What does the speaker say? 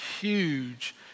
huge